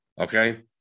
Okay